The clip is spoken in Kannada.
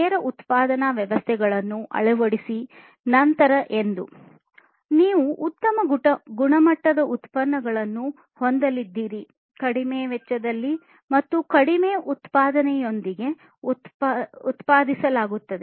ನೇರ ಉತ್ಪಾದನಾ ವ್ಯವಸ್ಥೆಯನ್ನು ಅಳವಡಿಸಿದ ನಂತರ ಉತ್ಪಾದನಾ ವ್ಯವಸ್ಥೆಯಲ್ಲಿ ಕಡಿಮೆ ವೆಚ್ಚದಲ್ಲಿ ಮತ್ತು ಒಳ್ಳೆಯ ಉತ್ಪನ್ನಗಳನ್ನು ಉತ್ಪಾದಿಸಲಾಗುತ್ತದೆ